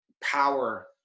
power